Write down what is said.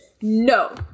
no